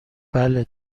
بله